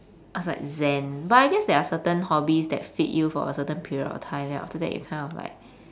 I was like zen but I guess there are certain hobbies that fit you for a certain period of time then after that you kind of like